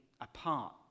apart